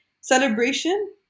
celebration